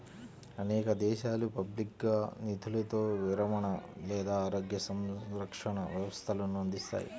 అనేక దేశాలు పబ్లిక్గా నిధులతో విరమణ లేదా ఆరోగ్య సంరక్షణ వ్యవస్థలను అందిస్తాయి